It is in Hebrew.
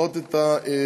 לדחות את כל